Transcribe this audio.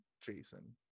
Jason